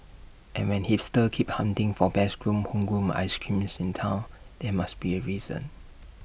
and when hipsters keep hunting for best homegrown ice creams in Town there must be A reason